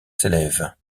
s’élève